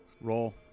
roll